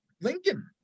Lincoln